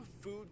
food